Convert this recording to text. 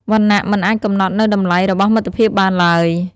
វណ្ណៈមិនអាចកំណត់នូវតម្លៃរបស់មិត្តភាពបានឡើយ។